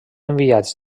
enviats